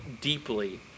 deeply